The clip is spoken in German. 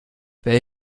wer